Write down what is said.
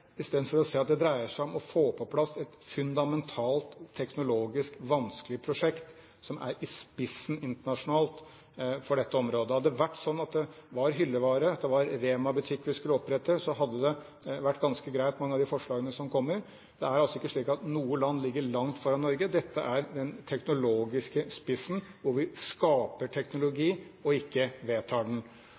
istedenfor å se at det dreier seg om å få på plass et fundamentalt teknologisk vanskelig prosjekt som er i spissen internasjonalt på dette området. Hadde det vært sånn at det var hyllevare, at det var en Rema-butikk vi skulle opprette, hadde de vært ganske greie, mange av de forslagene som kommer. Det er altså ikke slik at noe land ligger langt foran Norge. Dette er den teknologiske spissen – der vi skaper teknologi, ikke vedtar den.